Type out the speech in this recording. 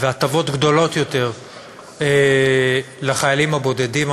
והטבות גדולות יותר לחיילים הבודדים המשוחררים,